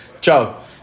Ciao